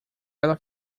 ela